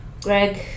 Greg